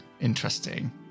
Interesting